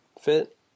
fit